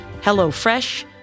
HelloFresh